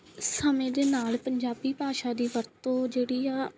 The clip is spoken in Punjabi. ਸਮੇਂ ਦੇ ਨਾਲ ਪੰਜਾਬੀ ਭਾਸ਼ਾ ਦੀ ਵਰਤੋਂ ਜਿਹੜੀ ਆ